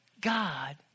God